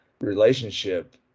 relationship